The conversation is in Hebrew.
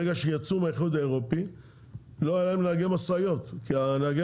ברגע שהם יצאו מהאיחוד האירופי לא היו להם נהגי משאיות כי נהגי